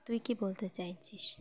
তুই কী বলতে চাইছিস